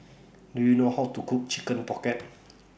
Do YOU know How to Cook Chicken Pocket